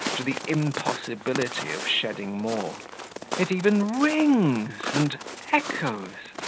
to the impossibility of shedding more it even rings and echoes,